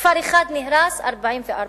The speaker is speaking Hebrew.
כפר אחד נהרס 44 פעמים.